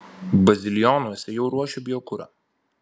bazilionuose jau ruošia biokurą